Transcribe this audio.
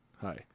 hi